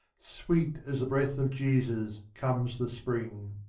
sweet as the breath of jesus comes the spring.